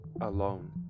alone